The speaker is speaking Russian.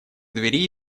двери